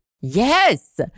Yes